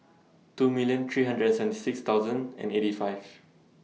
two million three hundred and six thousand and eighty five